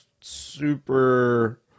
super